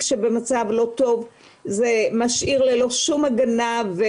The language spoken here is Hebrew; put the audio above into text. היום זה עובר דרך בירוקרטיה של קופות חולים